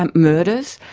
um murders,